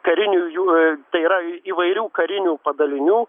karinių jų tai yra įvairių karinių padalinių